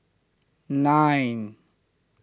nine